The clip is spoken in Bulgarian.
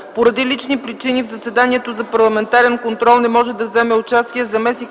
Поради лични причини в заседанието за парламентарен контрол не може да вземе участие заместник